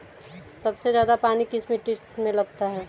सबसे ज्यादा पानी किस मिट्टी में लगता है?